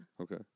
Okay